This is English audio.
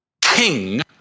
king